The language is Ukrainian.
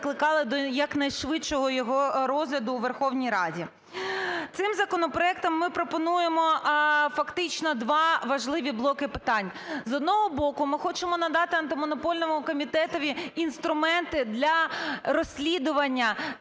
до якнайшвидшого його розгляду у Верховній Раді. Цим законопроектом ми пропонуємо фактично два важливі блоки питань. З одного боку, ми хочемо надати Антимонопольному комітетові інструменти для розслідування